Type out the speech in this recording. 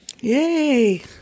Yay